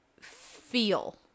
feel